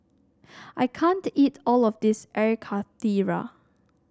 I can't eat all of this Air Karthira